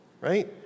right